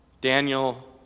Daniel